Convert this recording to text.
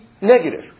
negative